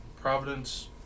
Providence